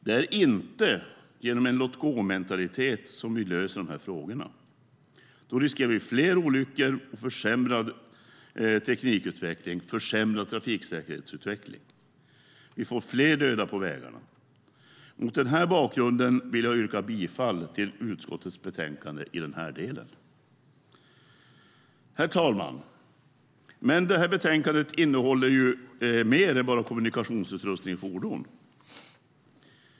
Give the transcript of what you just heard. Det är inte genom en låtgåmentalitet som vi löser de här frågorna, utan då riskerar vi fler olyckor och försämrad trafiksäkerhetsutveckling och får fler döda på vägarna. Mot den bakgrunden vill jag yrka bifall till utskottets förslag i den här delen. Herr talman! Detta betänkande behandlar mer än bara kommunikationsutrustning i fordon.